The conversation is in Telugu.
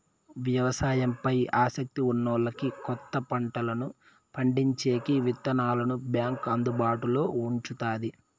వ్యవసాయం పై ఆసక్తి ఉన్నోల్లకి కొత్త పంటలను పండించేకి విత్తనాలను బ్యాంకు అందుబాటులో ఉంచుతాది